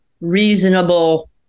reasonable